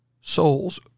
souls